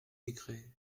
décrets